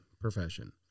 profession